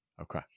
Okay